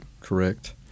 correct